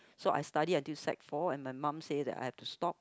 so I study until sec four and my mum say that I have to stop